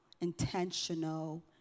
intentional